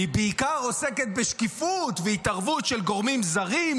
היא בעיקר עוסקת בשקיפות ובהתערבות של גורמים זרים,